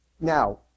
Now